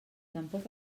tampoc